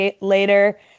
later